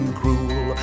cruel